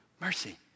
Mercy